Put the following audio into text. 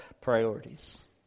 priorities